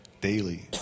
daily